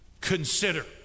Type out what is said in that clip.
consider